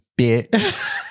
bitch